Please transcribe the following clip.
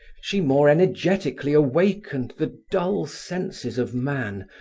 she more energetically awakened the dulled senses of man,